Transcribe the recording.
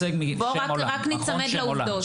בוא ניצמד לעובדות.